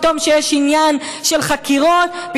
פתאום כשיש עניין של חקירות,